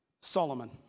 Solomon